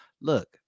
look